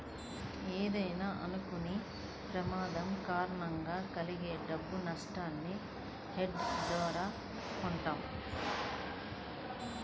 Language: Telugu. ఏదైనా అనుకోని ప్రమాదం కారణంగా కలిగే డబ్బు నట్టాన్ని హెడ్జ్ ద్వారా కొంటారు